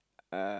uh